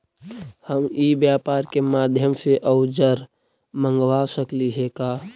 हम ई व्यापार के माध्यम से औजर मँगवा सकली हे का?